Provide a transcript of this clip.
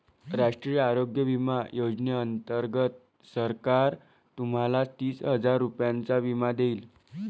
राष्ट्रीय आरोग्य विमा योजनेअंतर्गत सरकार तुम्हाला तीस हजार रुपयांचा विमा देईल